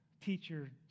teacher